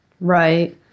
Right